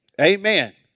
Amen